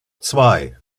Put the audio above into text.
zwei